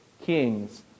kings